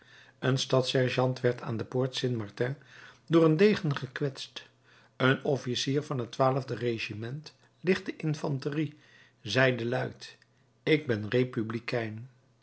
een stadssergeant werd aan de poort st martin door een degen gekwetst een officier van het regiment lichte infanterie zeide luid ik ben republikein